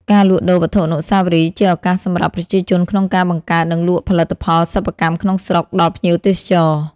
ការលក់ដូរវត្ថុអនុស្សាវរីយ៍ ជាឱកាសសម្រាប់ ប្រជាជនក្នុងការបង្កើត និងលក់ផលិតផលសិប្បកម្មក្នុងស្រុក ដល់ភ្ញៀវទេសចរ។